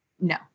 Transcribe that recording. no